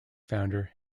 founder